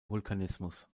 vulkanismus